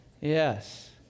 Yes